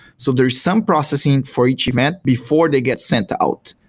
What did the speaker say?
so there is some processing for each event before they get sent out.